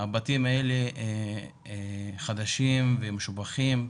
שהבתים האלה חדשים והם משובחים,